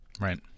Right